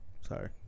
Sorry